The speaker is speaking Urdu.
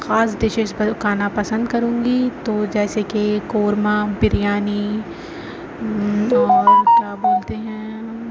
خاص ڈشز پکانا پسند کروں گی تو جیسے کہ قورمہ بریانی اور کیا بولتے ہیں ہم